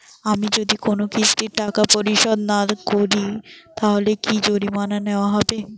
আমি যদি কোন কিস্তির টাকা পরিশোধ না করি তাহলে কি জরিমানা নেওয়া হবে?